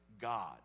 God